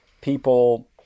people